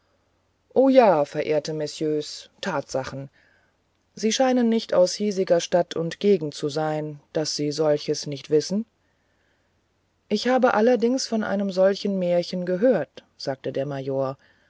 o ja verehrte messieurs tatsachen sie scheinen nicht aus hiesiger stadt und gegend zu sein daß sie solche nicht wissen ich habe allerdings von einem solchen märchen gehört sagte der major